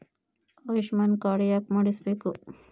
Ayushman card ಯಾಕೆ ಮಾಡಿಸಬೇಕು?